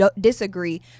disagree